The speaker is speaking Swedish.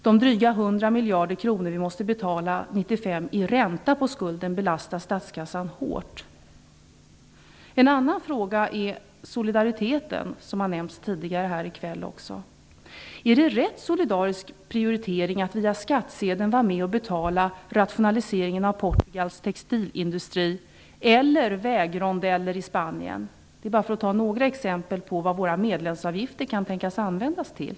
De dryga 100 miljarder kronor i ränta på skulden som vi måste betala 1995 belastar statskassan hårt. En annan fråga gäller solidariteten, som har nämnts tidigare här i kväll. Är det en riktig solidarisk prioritering att man via skattsedeln är med och betalar rationaliseringen av Portugals textilindustri eller vägrondeller i Spanien? Det är bara ett par exempel på vad vår medlemsavgift kan tänkas användas till.